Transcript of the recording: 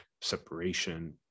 separation